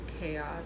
chaos